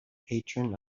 patron